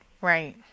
right